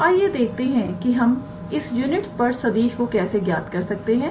तो आइए देखते हैं कि हम इस यूनिट स्पर्श सदिश को कैसे ज्ञात कर सकते हैं